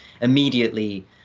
immediately